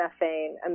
methane